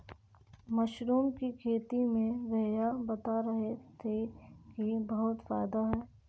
mushroom की खेती में भैया बता रहे थे कि बहुत फायदा है